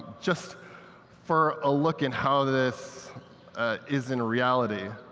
just for a look in how this is in reality,